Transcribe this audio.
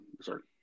sorry